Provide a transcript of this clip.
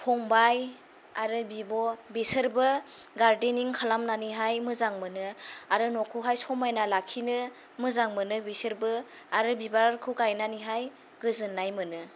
फंबाइ आरो बिब' बेसोरबो गार्देनिं खालामनानैहाय मोजां मोनो आरो नखौहाय समायना लाखिनो मोजां मोनो बिसोरबो आरो बिबारखौ गायनानैहाय गोजोन्नाय मोनो